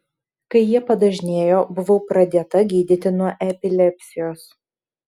kai jie padažnėjo buvau pradėta gydyti nuo epilepsijos